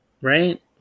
right